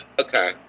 Okay